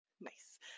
Nice